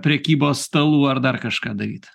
prekybos stalų ar dar kažką daryti